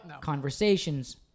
conversations